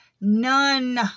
None